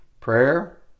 prayer